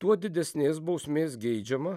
tuo didesnės bausmės geidžiama